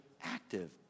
active